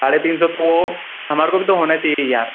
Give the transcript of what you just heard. साढ़े तीन सौ तो हमारे को भी तो होना चाहिए यार